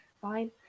fine